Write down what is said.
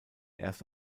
erst